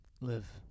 live